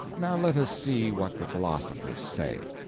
now let us see what the philosophers say.